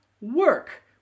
work